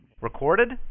Recorded